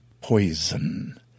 Poison